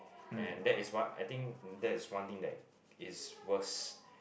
and that is what I think that is one thing that is worst